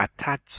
attach